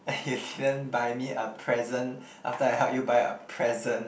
you didn't buy me a present after I help you buy a present